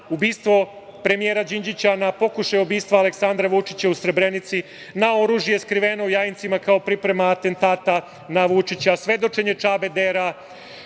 ubistvo premijera Đinđića, na pokušaj ubistva Aleksandra Vučića u Srebrenici, na oružje skriveno u Jajincima kao priprema atentata na Vučića, svedočenje Čabe Dera,